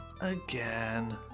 Again